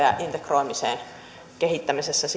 ja integroimisen kehittämisessä